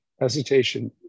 hesitation